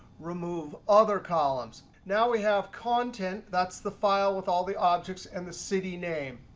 remove other columns. now we have content. that's the file with all the objects and the city name.